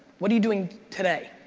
what are you doing today?